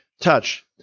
Touch